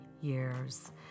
years